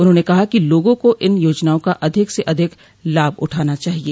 उन्होंने कहा कि लोगों को इन योजनाओं का अधिक से अधिक लाभ उठाना चाहिए